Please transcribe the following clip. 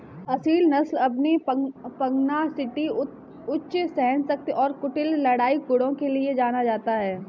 असील नस्ल अपनी पगनासिटी उच्च सहनशक्ति और कुटिल लड़ाई गुणों के लिए जाना जाता है